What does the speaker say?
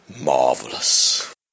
Marvelous